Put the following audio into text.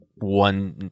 one